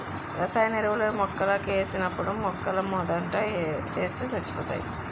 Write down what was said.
రసాయన ఎరువులు మొక్కలకేసినప్పుడు మొక్కలమోదంట ఏస్తే సచ్చిపోతాయి